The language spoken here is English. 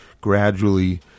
gradually